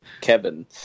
Kevin